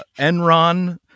Enron